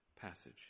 passage